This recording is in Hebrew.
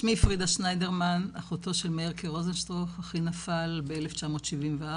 שמי פרידה שניידרמן ואני אחותו של מאירקה רוזנשטרוך שנפל ב-1974,